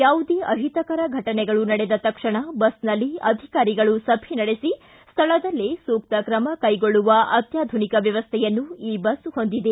ಯಾವುದೇ ಅಹಿತಕರ ಫಟನೆಗಳು ನಡೆದ ತಕ್ಷಣ ಬಸ್ನಲ್ಲಿ ಅಧಿಕಾರಿಗಳು ಸಭೆ ನಡೆಸಿ ಸ್ಥಳದಲ್ಲೇ ಸೂಕ್ತ ತ್ರಮ ಕೈಗೊಳ್ಳುವ ಅತ್ಯಾಧುನಿಕ ವ್ಯವಸ್ಥೆಯನ್ನು ಈ ಬಸ್ ಹೊಂದಿದೆ